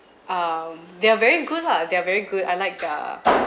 um they are very good lah they are very good I like err